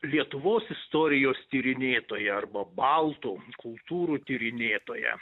lietuvos istorijos tyrinėtoją arba baltų kultūrų tyrinėtoją